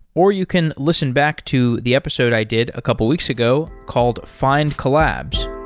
or you can listen back to the episode i did a couple of weeks ago called find collabs.